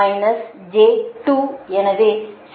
minus J 2